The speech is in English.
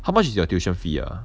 how much is your tuition fee ah